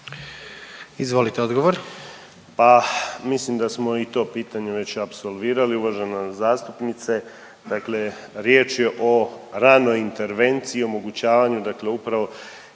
Marin (HDZ)** Mislim da smo i to pitanje već apsolvirali uvažena zastupnice. Dakle riječ je o ranoj intervenciji i omogućavanju dakle upravo